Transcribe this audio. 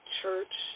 church